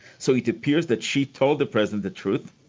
so it appears that she told the president the truth,